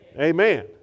Amen